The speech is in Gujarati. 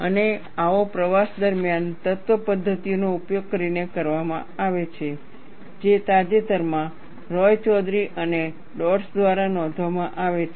અને આવો પ્રયાસ મર્યાદિત તત્વ પદ્ધતિઓનો ઉપયોગ કરીને કરવામાં આવે છે જે તાજેતરમાં રોયચૌધરી અને ડોડ્સ દ્વારા નોંધવામાં આવે છે